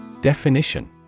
Definition